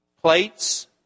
plates